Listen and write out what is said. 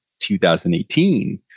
2018